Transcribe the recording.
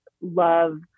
love